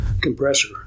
compressor